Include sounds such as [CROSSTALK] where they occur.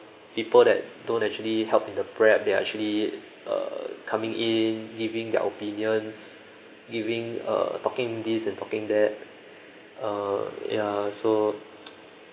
people that don't actually help in the prep they actually uh coming in giving their opinions giving uh talking this and talking that uh ya so [NOISE]